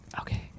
okay